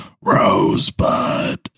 Rosebud